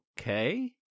Okay